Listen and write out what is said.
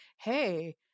hey